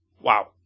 wow